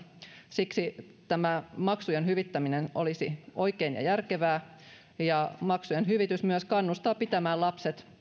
siksi tämä maksujen hyvittäminen olisi oikein ja järkevää maksujen hyvitys myös kannustaa pitämään lapset